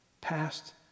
past